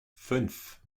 fünf